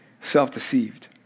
self-deceived